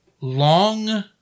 long